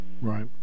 Right